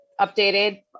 updated